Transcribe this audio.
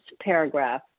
paragraph